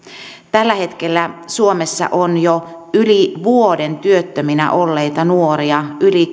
tällä hetkellä suomessa on jo yli vuoden työttöminä olleita nuoria yli